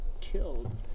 killed